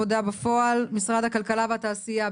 בפועל ממשרד הכלכלה והתעשייה.